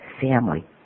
family